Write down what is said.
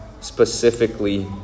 specifically